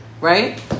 right